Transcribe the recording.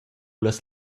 las